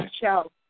show